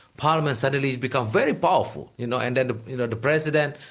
parliament suddenly becomes very powerful you know and then the president,